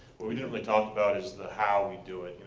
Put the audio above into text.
what we didn't really talk about is the how we do it.